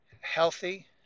healthy